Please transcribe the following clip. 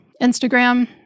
Instagram